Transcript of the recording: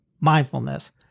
mindfulness